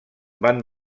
van